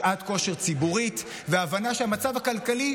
שעת כושר ציבורית והבנה שהמצב הכלכלי,